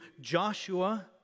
Joshua